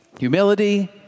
humility